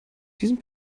diesen